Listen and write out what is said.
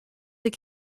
that